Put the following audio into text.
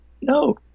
No